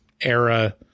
era